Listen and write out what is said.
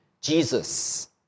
Jesus